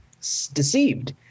deceived